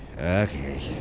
Okay